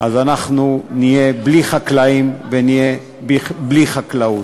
אנחנו נהיה בלי חקלאים ונהיה בלי חקלאות.